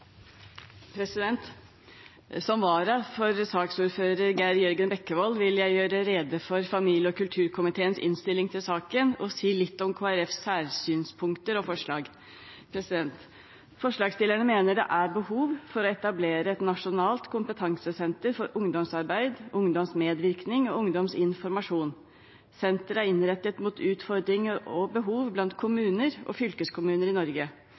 vedtatt. Som vara for saksordfører Geir Jørgen Bekkevold vil jeg gjøre rede for familie- og kulturkomiteens innstilling til saken og si litt om Kristelig Folkepartis særsynspunkter og forslag. Forslagsstillerne mener det er behov for å etablere et nasjonalt kompetansesenter for ungdomsarbeid, ungdomsmedvirkning og ungdomsinformasjon. Senteret er innrettet mot utfordringer og behov blant kommuner og fylkeskommuner i Norge.